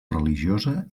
religiosa